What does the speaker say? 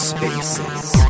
Spaces